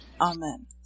Amen